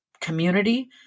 community